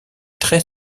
très